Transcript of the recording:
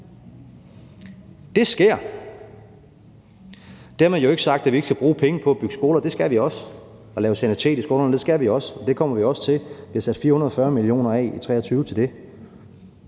Det sker. Dermed jo ikke sagt, at vi ikke skal bruge penge på at bygge skoler og lave sanitet i skolerne; det skal vi også, og det kommer vi også til. Vi har i 2023 sat 440 mio. kr. af til det,